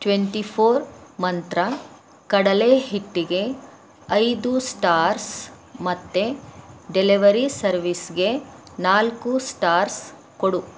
twenty four Mantra ಕಡಲೇಹಿಟ್ಟಿಗೆ ಐದು stars ಮತ್ತು ಡೆಲೆವರಿ ಸರ್ವಿಸ್ಗೆ ನಾಲ್ಕು ಸ್ಟಾರ್ಸ್ ಕೊಡು